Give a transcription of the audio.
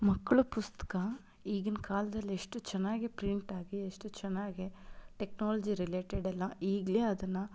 ಮಕ್ಕಳ ಪುಸ್ತಕ ಈಗಿನ ಕಾಲದಲ್ಲಿ ಎಷ್ಟು ಚೆನ್ನಾಗಿ ಪ್ರಿಂಟ್ ಆಗಿ ಎಷ್ಟು ಚೆನ್ನಾಗಿ ಟೆಕ್ನಾಲ್ಜಿ ರಿಲೇಟೆಡೆಲ್ಲ ಈಗಲೇ ಅದನ್ನು